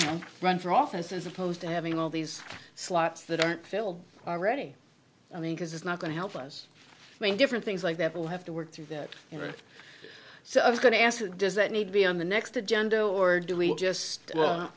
and run for office as opposed to having all these slots that aren't filled already because it's not going to help us mean different things like that will have to work through that you know so i was going to ask does that need to be on the next agenda or do we just well